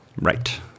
Right